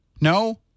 No